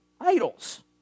idols